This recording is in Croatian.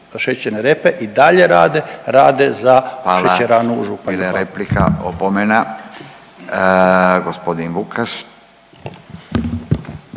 šećerne repe i dalje rade, rade za šećeranu …/Upadica